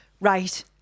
Right